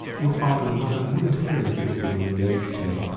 you father and mother wouldn't hear of your being engaged to me.